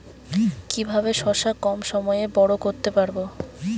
কিভাবে শশা কম সময়ে বড় করতে পারব?